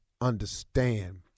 understand